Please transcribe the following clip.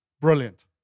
Brilliant